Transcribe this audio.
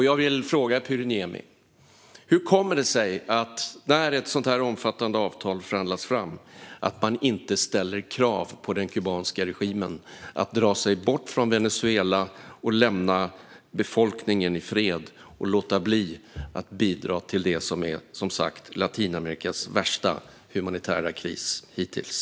Jag vill fråga Pyry Niemi hur det kommer sig att man när ett sådant omfattande avtal förhandlas fram inte ställer krav på den kubanska regimen att dra sig bort från Venezuela, lämna befolkningen i fred och låta bli att bidra till det som, som sagt, är Latinamerikas värsta humanitära kris hittills.